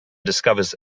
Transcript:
discovers